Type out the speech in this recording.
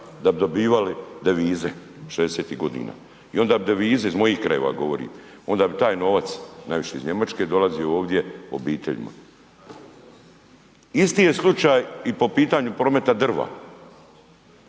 da bi dobivali devize '60. godina i onda bi devize, iz mojih krajeva govorim, onda bi taj novac najviše iz Njemačke dolazi ovdje obiteljima. Isti je slučaj i po pitanju prometa drva.